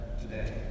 today